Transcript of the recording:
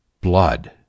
blood